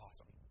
awesome